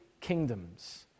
kingdoms